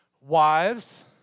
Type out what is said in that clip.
wives